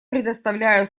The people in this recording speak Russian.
предоставляю